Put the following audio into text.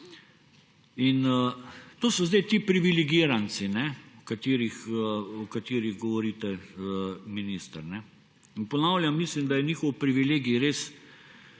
To so zdaj ti privilegiranci, o katerih govorite, minister. Ponavljam, mislim, da je njihov privilegij res